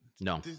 No